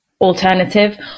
alternative